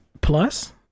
plus